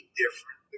different